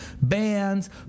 bands